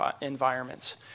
environments